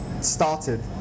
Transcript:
started